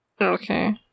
Okay